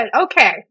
Okay